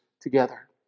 together